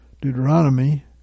Deuteronomy